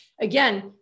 again